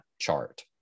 chart